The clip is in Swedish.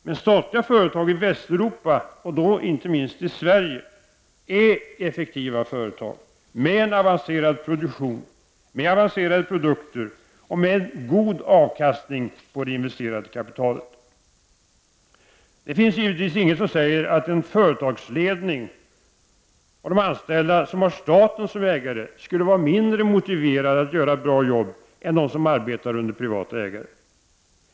Men statliga företag i Västeuropa, inte minst i Sverige, är effektiva företag, med avancerad produktion, med avancerade produkter och med god avkastning på det investerade kapitalet. Det finns givetvis inget som säger att företagsledningen och de anställda i företag som har staten som ägare skulle vara mindre motiverade att göra bra jobb än de som arbetar under privata ägare.